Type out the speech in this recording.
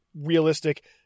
realistic